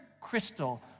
crystal